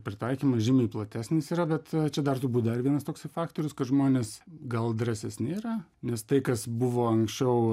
pritaikymas žymiai platesnis yra bet čia dar turbūt dar vienas toksai faktorius kad žmonės gal drąsesni yra nes tai kas buvo anksčiau